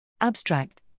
Abstract